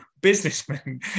businessman